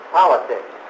politics